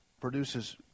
produces